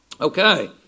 Okay